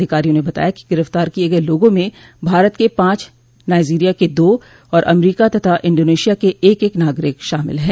अधिकारियों ने बताया कि गिरफ्तार किये गये लोगों में भारत के पांच नाइजीरिया के दो और अमरीका तथा इंडोनेशिया के एक एक नागरिक शामिल हैं